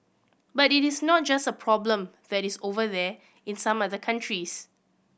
but it is not just a problem that is over there in some other countries